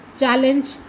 Challenge